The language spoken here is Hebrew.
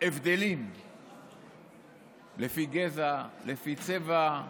הבדלים לפי גזע, לפי צבע,